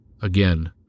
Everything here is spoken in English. Again